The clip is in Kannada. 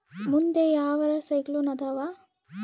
ಮುಂದೆ ಯಾವರ ಸೈಕ್ಲೋನ್ ಅದಾವ?